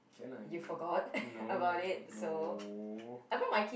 can lah can lah no no no no